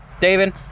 David